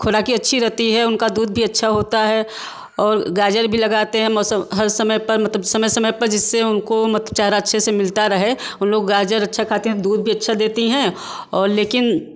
खुराकी अच्छी रहती है उनका दूध भी अच्छा होता है और गाजर भी लगाते हैं मौसम हर समय पे मतलब समय समय पे जिससे उनको चारा अच्छे से मिलता रहे लोग गाजर अच्छे से खाती हैं दूध भी अच्छा देती हैं और लेकिन